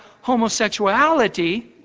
homosexuality